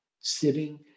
Sitting